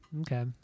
okay